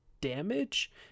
damage